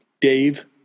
Dave